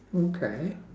okay